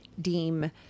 deem